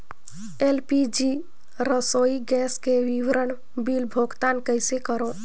LPG रसोई gas के विवरण बिल भुगतान कइसे करों?